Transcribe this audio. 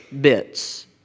bits